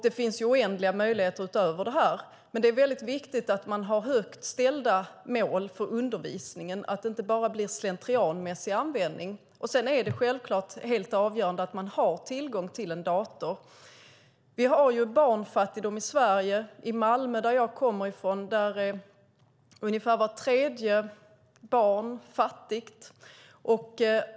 Det finns oändliga möjligheter utöver det här, men det är väldigt viktigt att man har högt ställda mål för undervisningen, att det inte bara blir en slentrianmässig användning. Sedan är det självklart helt avgörande att man har tillgång till en dator. Vi har ju barnfattigdom i Sverige. I Malmö, som jag kommer ifrån, är ungefär vart tredje barn fattigt.